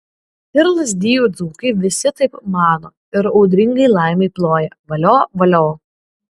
ir lazdijų dzūkai visi taip mano ir audringai laimai ploja valio valio